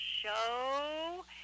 show